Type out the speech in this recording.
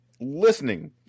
listening